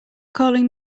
calling